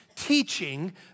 Teaching